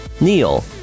Neil